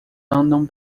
andam